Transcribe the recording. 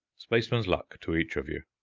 spaceman's luck to each of you!